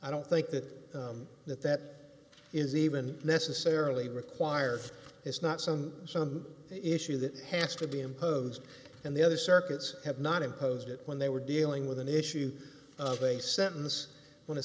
i don't think that that that is even necessarily required is not some some issue that has to be imposed and the other circuits have not imposed it when they were dealing with an issue of a sentence when